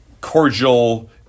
cordial